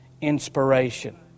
inspiration